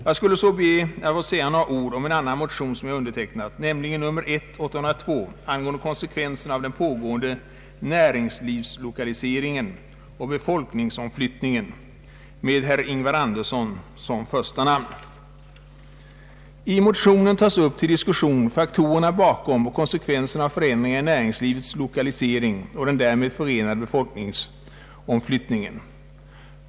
Jag skall så be att få säga några ord om motionen 1: 802 — angående konsekvenserna av den pågående näringslivslokaliseringen och befolkningsomflyttningen — med herr Ingvar Andersson som första namn. I motionen tas upp till diskussion faktorerna bakom och konsekvenserna av förändringar i näringslivets lokalisering och den därmed förenade befolkningsomflyttningen.